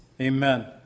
amen